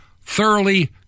thoroughly